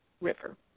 river